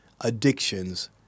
addictions